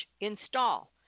install